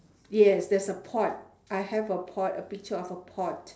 yes there's a pot I have a pot a picture of a pot